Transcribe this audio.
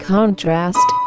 Contrast